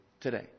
today